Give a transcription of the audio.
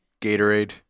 Gatorade